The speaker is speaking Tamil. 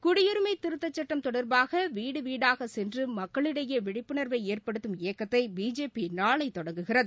குடியுரிமை திருத்தச்சுட்டம் தொடர்பாக வீடு வீடாக சென்று மக்களிடையே விழிப்புணர்வை ஏற்படுத்தும் இயக்கத்தை பிஜேபி நாளை தொடங்குகிறது